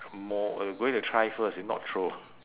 more eh going to try first if not throw